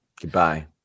Goodbye